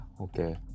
okay